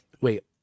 wait